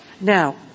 Now